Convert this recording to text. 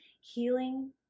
healing